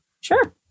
Sure